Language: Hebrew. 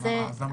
הציבורי.